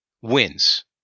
wins